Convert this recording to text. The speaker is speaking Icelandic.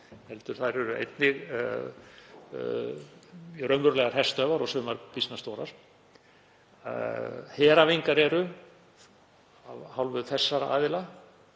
heldur eru þær einnig raunverulegar herstöðvar og sumar býsna stórar. Heræfingar eru af hálfu þessara aðila